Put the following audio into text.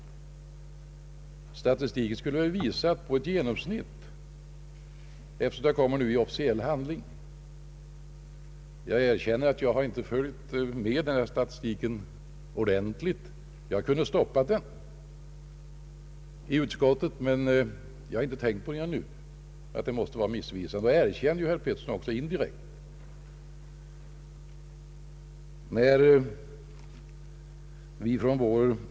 En statistik bör visa ett genomsnitt, om den redovisas i en officiell handling. Jag erkänner att jag inte ordentligt följt med statistiken, och jag kunde ha stoppat den i utskottet, då den måste vara missvisande — och detta erkände också herr Pettersson indirekt.